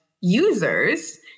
users